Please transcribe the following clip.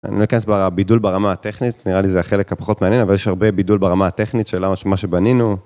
אני לא אכנס בבידול ברמה הטכנית, נראה לי זה החלק הפחות מעניין, אבל יש הרבה בידול ברמה הטכנית של מה שבנינו..